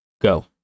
Go